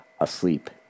asleep